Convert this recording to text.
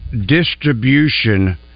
distribution